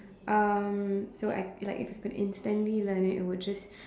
um so I like would instantly learn it it would just